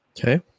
Okay